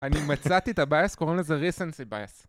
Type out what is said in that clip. אני מצאתי את הבייס, קוראים לזה ריסנסי בייס.